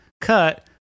Cut